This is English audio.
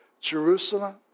Jerusalem